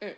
mm